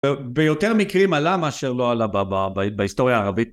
ביותר מקרים עלה מאשר לא עלה בה, בהיסטוריה הערבית.